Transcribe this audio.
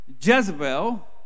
Jezebel